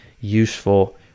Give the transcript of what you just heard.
useful